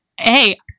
hey